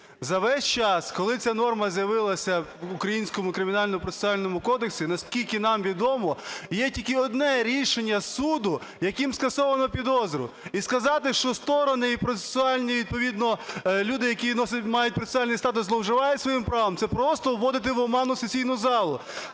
За весь час, коли ця норма з'явилася в українському Кримінально-процесуальному кодексі, наскільки нам відомо, є тільки одне рішення суду, яким скасовано підозру. І сказати, що сторони і процесуальні, відповідно, люди, які мають процесуальний статус, зловживають своїм правом, це просто вводити в оману сесійну залу.